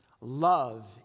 Love